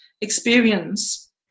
experience